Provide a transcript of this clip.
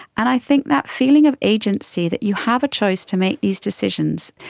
and i think that feeling of agency, that you have a choice to make these decisions,